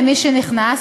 למי שנכנס,